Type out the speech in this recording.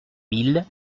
mille